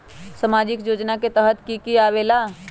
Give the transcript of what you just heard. समाजिक योजना के तहद कि की आवे ला?